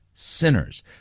sinners